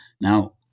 Now